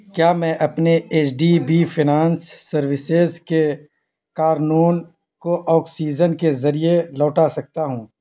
کیا میں اپنے H D B finance services کے کار لون کو آکسیزن کے ذریعے لوٹا سکتا ہوں